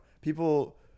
People